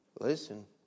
Listen